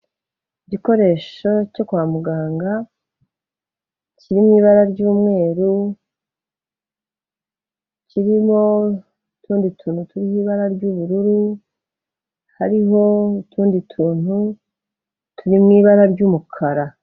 Igikoresho cyo kwa muganga kiri mu ibara ry'umweru, kirimo n'utundi tuntu turi mu ibara ry'ubururu, hariho utundi tuntu turi mu ibara ry'umukara.